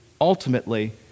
ultimately